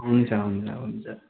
हुन्छ हुन्छ हुन्छ